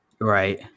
Right